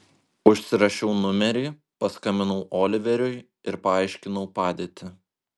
užsirašiau numerį paskambinau oliveriui ir paaiškinau padėtį